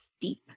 deep